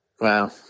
Wow